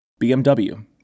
BMW